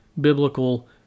biblical